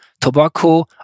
tobacco